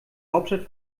hauptstadt